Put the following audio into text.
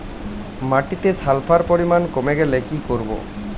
মাটিতে সালফার পরিমাণ কমে গেলে কি করব?